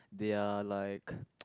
they are like